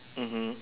mmhmm